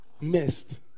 missed